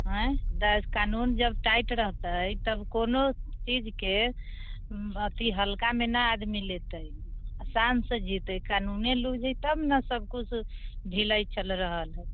अइ डर कानून जब टाइट रहतै तब कोनो चीजके अथी हल्कामे नहि आदमी लेतै आओर शानसँ जीतै कानूने लूज हय तब ने सभकुछ ढ़िलाइ चलि रहल हय